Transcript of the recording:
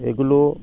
এগুলো